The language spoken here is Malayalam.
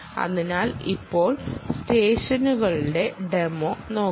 അതിനാൽ ഇപ്പോൾ സ്റ്റെഷനുകളുടെ ടെ മോ നോക്കാം